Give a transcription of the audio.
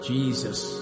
Jesus